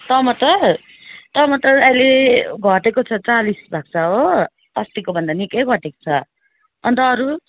टमाटर टमाटर अहिले घटेको छ चालिस भएको छ हो अस्तिको भन्दा निक्कै घटेको छ अन्त अरू